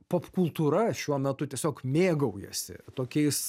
popkultūra šiuo metu tiesiog mėgaujasi tokiais